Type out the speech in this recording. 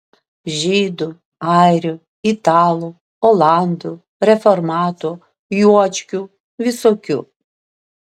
žydų airių italų olandų reformatų juočkių visokių